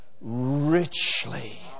richly